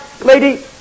lady